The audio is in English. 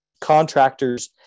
contractors